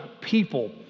people